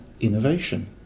innovation